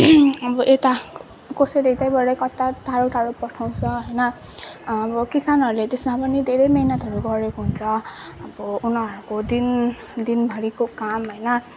अब यता कसैले यतैबाट कता टाढो टाढो पठाउँछ होइन अब किसानहरूले त्समा पनि धेरै मेहनतहरू गरेको हुन्छ अब उनीहरूको दिन दिनभरिको काम होइन